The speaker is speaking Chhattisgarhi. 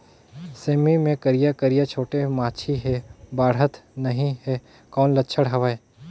सेमी मे करिया करिया छोटे माछी हे बाढ़त नहीं हे कौन लक्षण हवय?